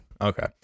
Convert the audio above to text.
Okay